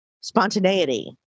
spontaneity